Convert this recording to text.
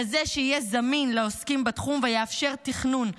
כזה שיהיה זמין לעוסקים בתחום ויאפשר תכנון,